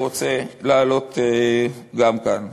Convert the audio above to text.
ורוצה להעלות אותם גם כאן.